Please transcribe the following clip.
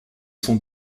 sont